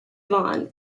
vaughan